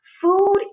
food